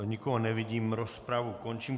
Nikoho nevidím, rozpravu končím.